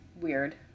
weird